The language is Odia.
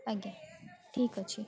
ଆଜ୍ଞା ଠିକ୍ ଅଛି